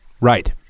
right